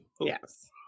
Yes